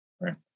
Right